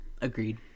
agreed